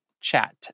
chat